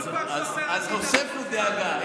אז הוסיפו דאגה.